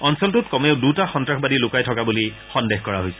অঞ্চলটোত কমেও দুটা সন্নাসবাদী লুকাই থকা বুলি সন্দেহ কৰা হৈছে